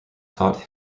taught